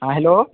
हँ हेलो